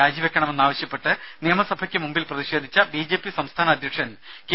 രാജിവെക്കണമെന്നാവശ്യപ്പെട്ട് നിയമസഭയ്ക്ക് മുമ്പിൽ മുഖ്യമന്ത്രി പ്രതിഷേധിച്ച ബിജെപി സംസ്ഥാന അദ്ധ്യക്ഷൻ കെ